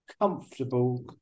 comfortable